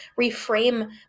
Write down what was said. reframe